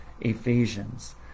Ephesians